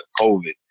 COVID